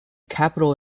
capital